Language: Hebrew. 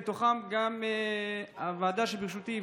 מתוכן גם הוועדה שבראשותי,